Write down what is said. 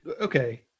okay